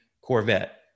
Corvette